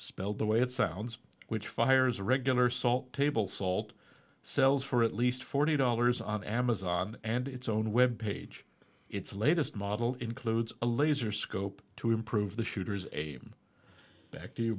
spelled the way it sounds which fires a regular salt table salt sells for at least forty dollars on amazon and its own web page its latest model includes a laser scope to improve the shooters a back